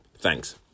Thanks